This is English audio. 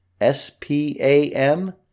S-P-A-M